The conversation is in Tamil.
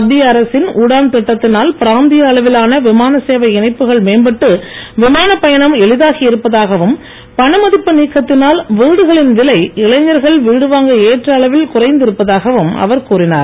மத்திய அரசின் உடான் திட்டத்தினால் பிராந்திய அளவிலான விமான சேவை இணைப்புகள் மேம்பட்டு விமானப் பயணம் எளிதாகி இருப்பதாகவும் பணமதிப்பு நீக்கத்தினால் வீடுகளின் விலை இளைஞர்கள் வீடுவாங்க ஏற்ற அளவில் குறைந்து இருப்பதாகவும் அவர் கூறினார்